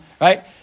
right